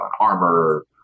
armor